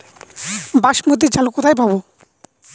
বাসমতী চাল কোথায় পাবো?